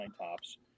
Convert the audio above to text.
tops